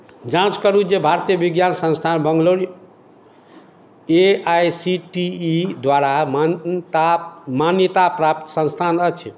जांँच करू जे भारतीय विज्ञान संस्थान Bangalore A I C T E द्वारा मान्यता मान्यताप्राप्त संस्थान अछि